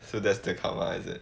so that's the karma is it